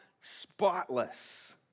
spotless